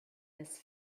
this